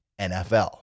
NFL